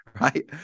right